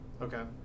Okay